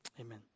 amen